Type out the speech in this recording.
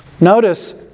Notice